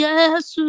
Yes